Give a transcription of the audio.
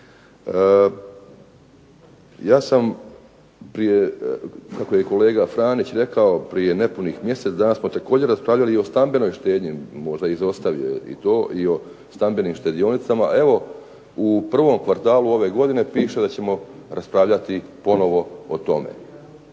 Ja sam prije, kako je kolega Franić rekao prije nepunih mjesec dana smo također raspravljali i o stambenoj štednji, možda izostavio i to i o stambenim štedionicama. Evo u prvom kvartalu ove godine piše da ćemo raspravljati ponovo o tome.